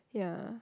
yeah